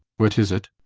what is it?